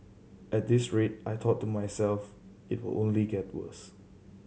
at this rate I thought to myself it will only get worse